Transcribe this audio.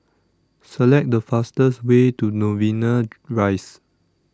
Select The fastest Way to Novena Rise